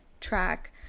track